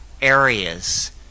areas